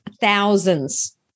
thousands